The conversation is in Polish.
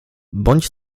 bądź